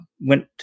went